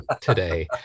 today